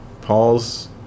Paul's